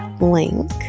link